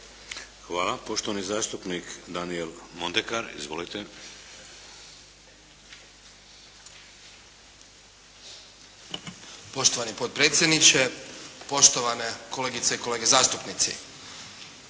Hvala. Poštovani zastupnik Daniel Mondekar. Izvolite. **Mondekar, Daniel (SDP)** Poštovani potpredsjedniče, poštovani kolegice i kolege zastupnici.